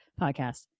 podcast